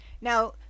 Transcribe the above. Now